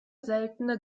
seltene